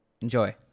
enjoy